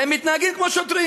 והם מתנהגים כמו שוטרים.